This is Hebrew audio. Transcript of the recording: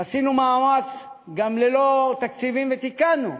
עשינו מאמץ, גם ללא תקציבים, ותיקנו,